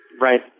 Right